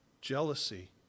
jealousy